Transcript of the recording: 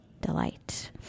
delight